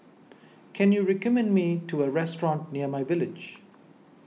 can you recommend me to a restaurant near myVillage